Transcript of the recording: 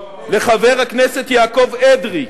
לחבר הכנסת יעקב אדרי.